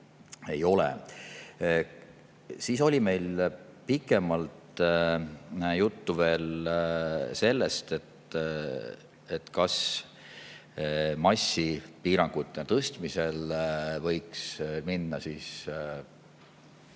Siis oli meil pikemalt juttu veel sellest, kas massipiirangute tõstmisel võiks minna